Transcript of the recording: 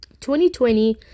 2020